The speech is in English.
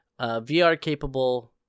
VR-capable